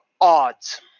odds